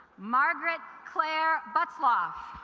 margaret claire but sloth